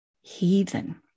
heathen